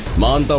mom. but